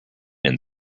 and